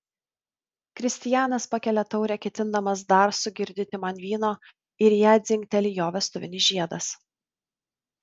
kristijanas pakelia taurę ketindamas dar sugirdyti man vyno ir į ją dzingteli jo vestuvinis žiedas